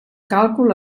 càlcul